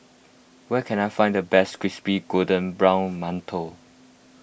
where can I find the best Crispy Golden Brown Mantou